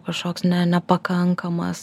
kažkoks ne nepakankamas